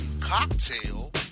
cocktail